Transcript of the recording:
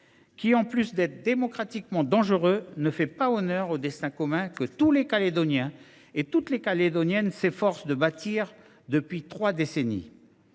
qui, en plus d’être démocratiquement dangereux, ne fait pas honneur au destin commun que tous les Calédoniens s’efforcent de bâtir depuis trois décennies.